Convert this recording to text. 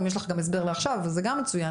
אם יש לך גם הסבר לעכשיו זה גם מצוין,